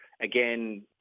again